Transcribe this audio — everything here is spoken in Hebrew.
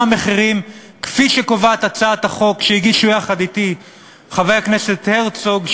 המחירים כפי שקובעת הצעת החוק שהגישו יחד אתי חברי הכנסת הרצוג,